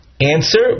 Answer